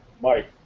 Mike